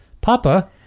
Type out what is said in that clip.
Papa